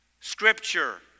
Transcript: Scripture